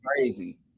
crazy